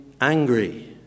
angry